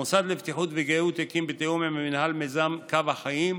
המוסד לבטיחות וגהות הקים בתיאום עם המינהל את מיזם קו החיים,